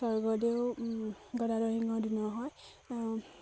স্বৰ্গদেউ গদাধৰ সিংহৰ দিনৰ হয়